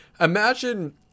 Imagine